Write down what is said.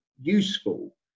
useful